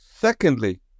Secondly